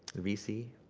vc,